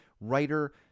writer